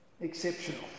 exceptional